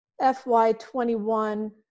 FY21